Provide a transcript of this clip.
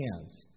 hands